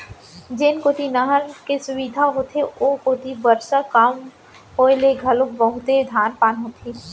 जेन कोती नहर के सुबिधा होथे ओ कोती बरसा कम होए ले घलो बहुते धान पान होथे